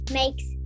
makes